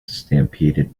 stampeded